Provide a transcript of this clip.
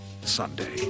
Sunday